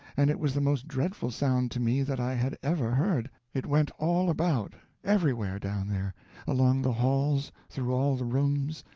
and it was the most dreadful sound to me that i had ever heard. it went all about, everywhere, down there along the halls, through all the rooms,